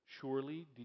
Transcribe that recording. surely